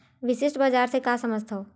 विशिष्ट बजार से का समझथव?